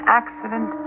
accident